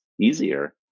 easier